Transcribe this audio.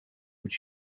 moet